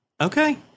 Okay